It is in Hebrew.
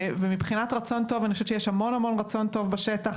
ומבחינת רצון טוב יש המון רצון טוב בשטח